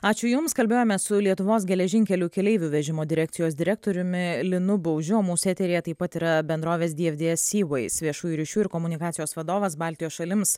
ačiū jums kalbėjome su lietuvos geležinkelių keleivių vežimo direkcijos direktoriumi linu baužiu o mūsų eteryje taip pat yra bendrovės dfds seaways viešųjų ryšių ir komunikacijos vadovas baltijos šalims